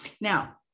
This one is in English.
Now